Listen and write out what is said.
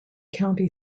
county